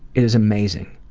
it is amazing.